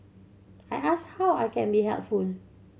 I ask how I can be helpful